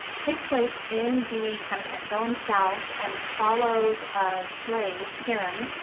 takes place in the kind of antebellum south, and follows a slave, hiram,